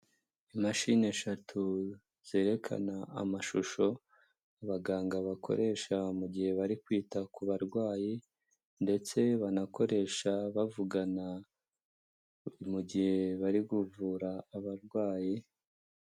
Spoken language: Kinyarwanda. Imashini eshatu zerekana amashusho abaganga bakoresha mu gihe bari kwita ku barwayi, ndetse banakoresha bavugana mu gihe bari kuvura abarwayi.